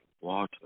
water